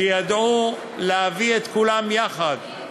שידעו להביא את כולם יחד,